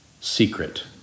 secret